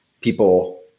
people